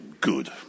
good